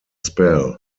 spell